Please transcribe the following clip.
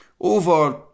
over